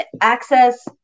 access